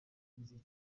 yizeza